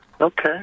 Okay